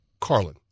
Carlin